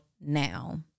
now